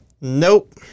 Nope